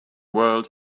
world